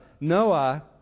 Noah